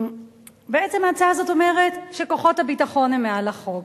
בעצם ההצעה הזו אומרת שכוחות הביטחון הם מעל החוק